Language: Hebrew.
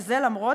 וזה למרות,